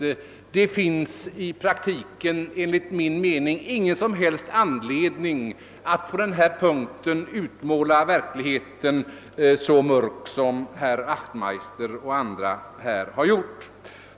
I praktiken finns det enligt min mening ingen som helst anledning att på denna punkt utmåla verkligheten så mörk som herr Wachtmeister och andra gjort.